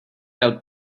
out